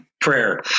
prayer